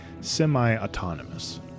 semi-autonomous